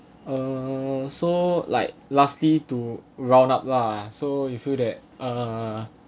err so like lastly to round up lah so you feel that uh